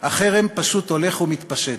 החרם פשוט הולך ומתפשט.